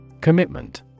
Commitment